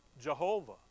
Jehovah